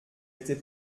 était